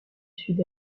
sud